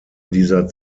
dieser